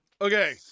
Okay